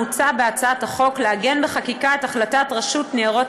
מוצע בהצעת החוק לעגן בחקיקה את החלטת רשות ניירות